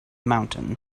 mountain